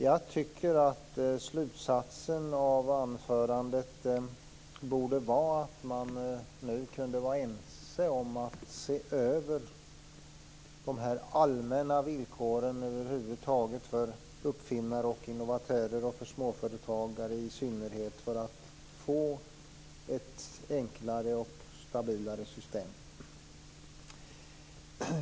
Jag tycker att slutsatsen av anförandet borde vara att man skall se över de allmänna villkoren för uppfinnare, innovatörer och i synnerhet småföretagare för att få ett enklare och stabilare system.